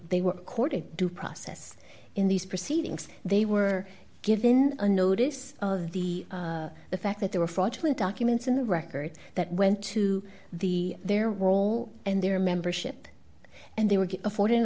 they were accorded due process in these proceedings they were given a notice of the the fact that there were fraudulent documents in the record that went to the their role and their membership and they were afforded an